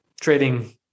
trading